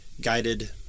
guided